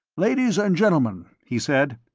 ladies and gentlemen, he said.